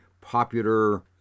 popular